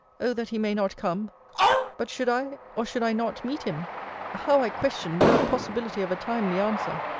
o that he may not come but should i, or should i not, meet him how i question, without possibility of a timely answer!